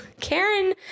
Karen